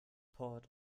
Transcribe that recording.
port